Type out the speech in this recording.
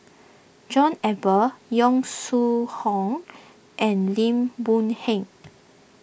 John Eber Yong Shu Hoong and Lim Boon Heng